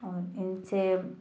और इन से